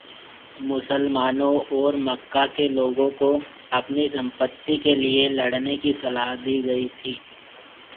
मुसलमानों और मक्का के लोगों को अपनी संपत्ति के लिए लड़ने की सलाह दी गई थी